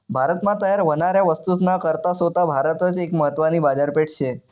भारत मा तयार व्हनाऱ्या वस्तूस ना करता सोता भारतच एक महत्वानी बाजारपेठ शे